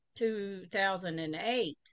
2008